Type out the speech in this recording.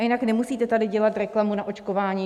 A jinak nemusíte tady dělat reklamu na očkování.